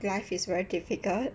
life is very difficult